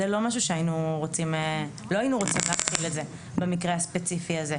לא היינו רוצים להתחיל את זה במקרה הספציפי הזה.